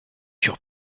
sur